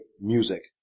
music